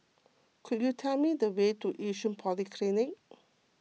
could you tell me the way to Yishun Polyclinic